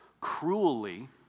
cruelly